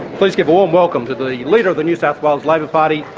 please give a warm welcome to the leader of the new south wales labor party,